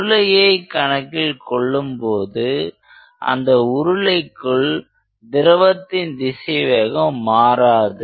உருளையை கணக்கில் கொள்ளும்போது அந்த உருளைக்குள் திரவத்தின் திசைவேகம் மாறாது